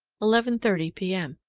eleven thirty p m.